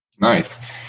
Nice